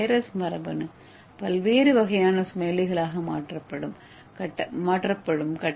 இந்த வைரஸ் மரபணு பல்வேறு வகையான ஸ்மைலிகளாக மாற்றப்படும்